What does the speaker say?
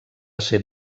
ser